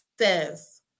says